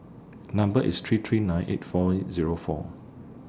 Number IS three three nine eight four Zero four